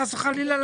חלילה,